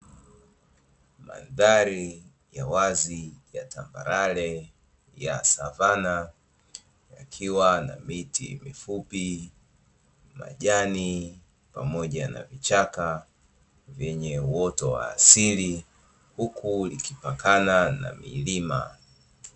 Mandhari ya wazi ya tambarare ya savanna ikiwa na miti mfupi majani pamoja na chaka yenye wote wa asili huku kipakana na milima